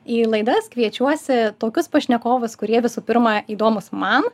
į laidas kviečiuosi tokius pašnekovus kurie visų pirma įdomūs man